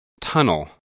Tunnel